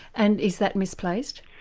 and is that misplaced?